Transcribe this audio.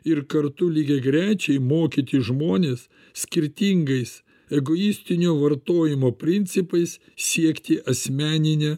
ir kartu lygiagrečiai mokyti žmones skirtingais egoistinio vartojimo principais siekti asmenine